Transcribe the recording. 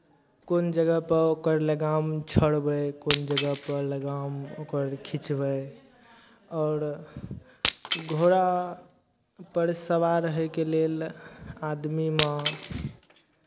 कोन जगहपर ओकर लगाम छोड़बै कोन जगहपर लगाम ओकर घिचबै आओर घोड़ापर सवार होयके लेल आदमीमे